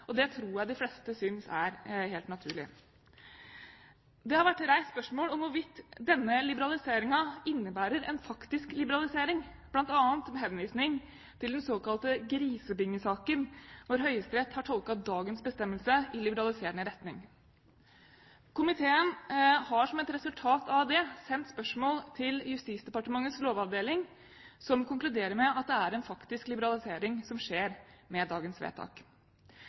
og det tror jeg de fleste synes er helt naturlig. Det har vært reist spørsmål om hvorvidt denne liberaliseringen innebærer en faktisk liberalisering, bl.a. med henvisning til den såkalte grisebingesaken, hvor Høyesterett har tolket dagens bestemmelse i liberaliserende retning. Komiteen har som et resultat av det sendt spørsmål til Justisdepartementets lovavdeling, som konkluderer med at det er en faktisk liberalisering som skjer med dagens vedtak.